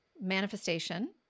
manifestation